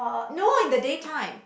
no in the day time